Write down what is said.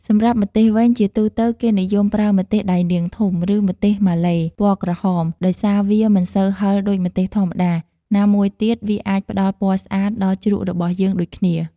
សម្រាប់ម្ទេសវិញ ជាទូទៅ គេនិយមប្រើ ម្ទេសដៃនាងធំ ឬម្ទេសម៉ាឡេ ពណ៌ក្រហម ដោយសារវាមិនសូវហឹរដូចម្ទេសធម្មតា ណាមួយទៀតវាអាចផ្ដល់ពណ៌ស្អាតដល់ជ្រក់របស់យើងដូចគ្នា។